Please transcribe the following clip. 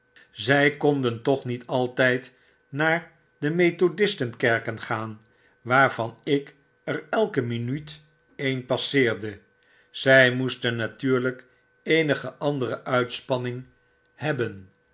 zy konden toch niet altyd naar de methodisten kerken gaan waarvan ik er elke minuut een passeerde zy moestennatuurljjk eenige andere uitspanning hebben